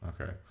okay